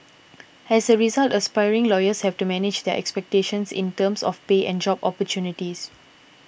as a result aspiring lawyers have to manage their expectations in terms of pay and job opportunities